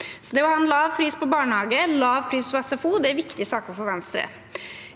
dag) 45 ha lav pris på barnehage og lav pris på SFO er viktige saker for Venstre.